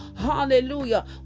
Hallelujah